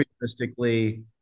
realistically